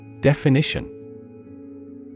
Definition